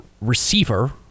receiver